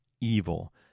evil